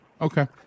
Okay